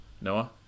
Noah